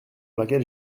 laquelle